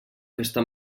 festa